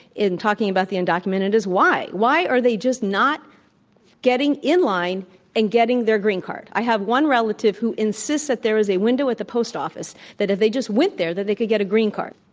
in talking about the undocumented is why? why are they just not getting in line and getting their green card? i have one relative who insist that's there is a window at the post office that if they just went there, that they could get a green card.